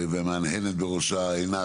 ומהנהנת בראשה עינת,